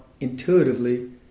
intuitively